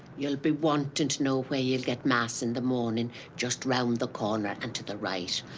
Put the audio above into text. you'll be wanting to know where you get mass in the morning just around the corner and to the right.